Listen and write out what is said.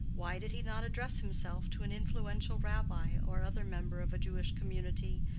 why did he not address himself to an influential rabbi or other member of a jewish community,